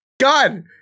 God